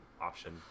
option